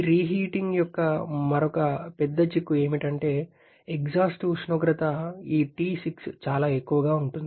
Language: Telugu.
ఈ రీహీటింగ్ యొక్క మరొక పెద్ద చిక్కు ఏమిటంటే ఎగ్జాస్ట్ ఉష్ణోగ్రత ఈ T6 చాలా ఎక్కువగా ఉంటుంది